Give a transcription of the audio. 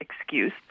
excuse